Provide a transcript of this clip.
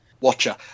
Watcher